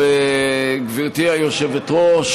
גברתי היושבת-ראש,